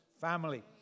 family